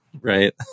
right